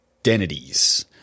identities